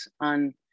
on